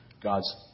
God's